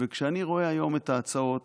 ואני רואה היום את ההצעות,